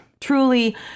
truly